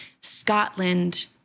Scotland